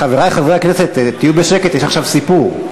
חברי חברי הכנסת, תהיו בשקט, יש עכשיו סיפור.